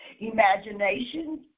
Imagination